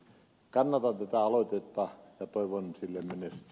kannatan tätä aloitetta ja toivon sille menestystä